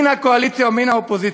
מן הקואליציה ומן האופוזיציה,